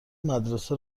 مدرسه